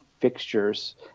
fixtures